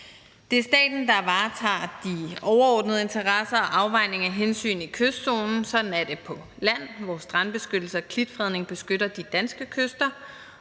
Det er staten, der varetager de overordnede interesser og afvejninger af hensyn i kystzonen. Sådan er det på land, hvor strandbeskyttelse og klitfredning beskytter de danske kyster,